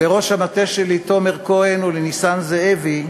לראש המטה שלי תומר כהן ולניסן זאבי,